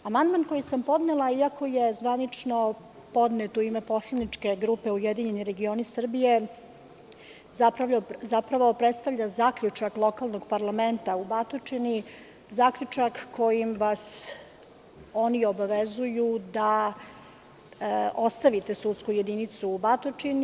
Amandman koji sam podnela iako je zvanično podnet u ime poslaničke grupe URS, zapravo predstavlja zaključak lokalnog parlamenta u Batočini, zaključak kojim vas oni obavezuju da ostavite sudsku jedinicu u Batočini.